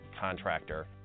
contractor